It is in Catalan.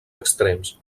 extrems